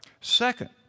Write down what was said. Second